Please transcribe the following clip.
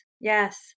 yes